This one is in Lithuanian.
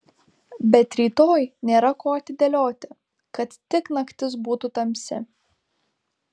bet rytoj nėra ko atidėlioti kad tik naktis būtų tamsi